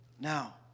Now